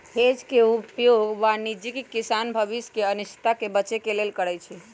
hedge के उपयोग वाणिज्यिक किसान भविष्य के अनिश्चितता से बचे के लेल करइ छै